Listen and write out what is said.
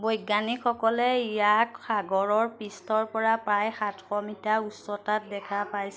বৈজ্ঞানিকসকলে ইয়াক সাগৰ পৃষ্ঠৰপৰা প্ৰায় সাতশ মিটাৰ উচ্চতাত দেখা পাইছে